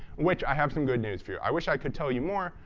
which, i have some good news for you. i wish i could tell you more,